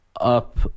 up